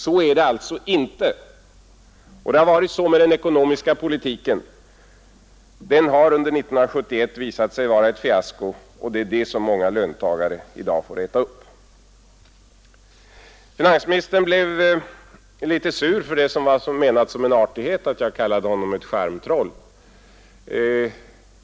Så är det alltså inte. Den ekonomiska politiken har under 1971 visat sig vara ett fiasko. Det är detta många löntagare i dag får äta upp. Finansministern blev litet sur över det som var menat som en artighet, nämligen att jag kallade honom ett charmtroll.